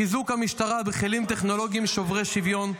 חיזוק המשטרה בכלים טכנולוגיים שוברי שוויון,